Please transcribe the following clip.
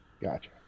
Gotcha